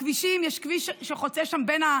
בכבישים, יש כביש שחוצה שם בין,